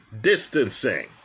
distancing